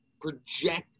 project